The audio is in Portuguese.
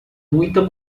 muita